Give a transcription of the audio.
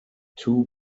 two